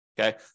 okay